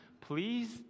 please